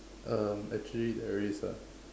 um actually there is ah